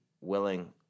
willing